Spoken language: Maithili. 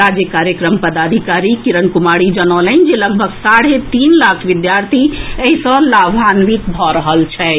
राज्य कार्यक्रम पदाधिकारी किरण कुमारी जनौलनि जे लगभग साढ़े तीन लाख विद्यार्थी एहि सँ लाभान्वित भऽ रहल छथि